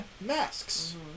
masks